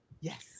yes